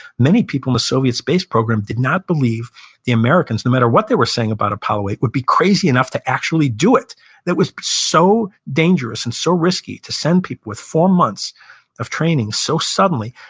many people in the soviet space program did not believe the americans, no matter what they were saying about apollo eight, would be crazy enough to actually do it it was so dangerous and so risky to send people with four months of training so suddenly,